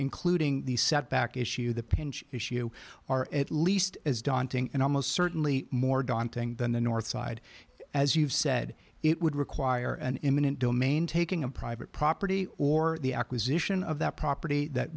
including the setback issue the pinch issue are at least as daunting and almost certainly more daunting than the north side as you've said it would require an imminent domain taking a private property or the acquisition of that property that